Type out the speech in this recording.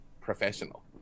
professional